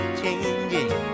changing